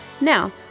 Now